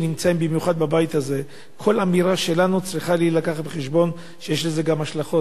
במיוחד בבית הזה: בכל אמירה שלנו צריכה לקחת בחשבון שיש לזה השלכות,